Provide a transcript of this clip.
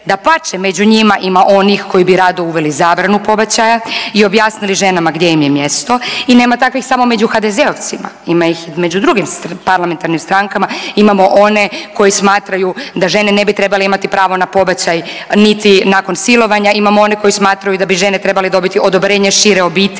dapače među njima ima onih koji bi rado uveli zabranu pobačaja i objasnili ženama gdje im je mjesto i nema takvih samo među HDZ-ovcima. Ima ih među drugim parlamentarnim strankama imamo one koji smatraju da žene ne bi trebale imati pravo na pobačaj niti nakon silovanja. Imamo one koji smatraju da bi žene trebale dobiti odobrenje šire obitelji